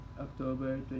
October